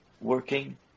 working